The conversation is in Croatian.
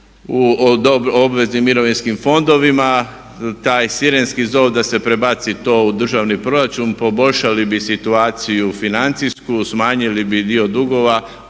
u obveznim mirovinskim fondovima. Taj sirenski zov da se prebaci to u državni proračun poboljšali bi situaciju financijsku, smanjili bi dio dugova,